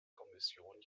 kommission